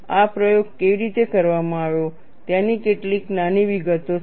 આ પ્રયોગ કેવી રીતે કરવામાં આવ્યો તેની કેટલીક નાની વિગતો છે